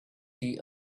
tea